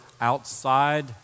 outside